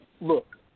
Look